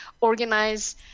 organize